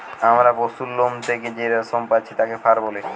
আমরা পশুর লোম থেকে যেই রেশম পাচ্ছি তাকে ফার বলে